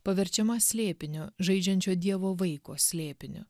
paverčiama slėpiniu žaidžiančio dievo vaiko slėpiniu